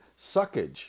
suckage